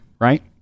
right